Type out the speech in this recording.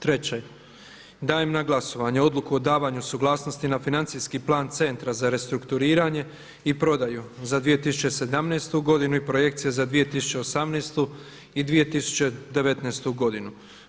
Treće, dajem na glasovanje Odluku o davanju suglasnosti na Financijski plan Centra za restrukturiranje i prodaju za 2017. godinu i projekcije za 2018. i 2019. godinu.